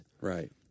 right